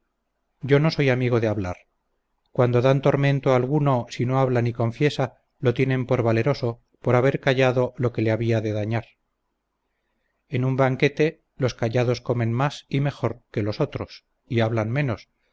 yo no soy amigo de hablar cuando dan tormento a alguno si no habla ni confiesa lo tienen por valeroso por haber callado lo que le había de dañar en un banquete los callados comen más y mejor que los otros y hablan menos